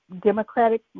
Democratic